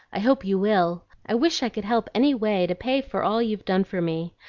i hope you will. i wish i could help anyway to pay for all you've done for me.